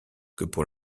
que